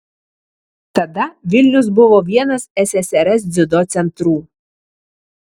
tada vilnius buvo vienas ssrs dziudo centrų